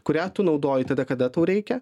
kurią tu naudoji tada kada tau reikia